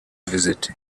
visit